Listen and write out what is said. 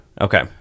Okay